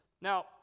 Now